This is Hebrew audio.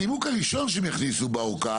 הנימוק הראשון שהם יכניסו באורכה,